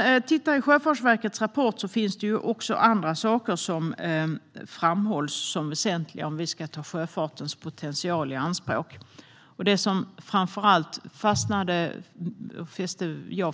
I Sjöfartsverkets rapport finns det även andra saker som framhålls som väsentliga om vi ska ta sjöfartens potential i anspråk. Det jag framför allt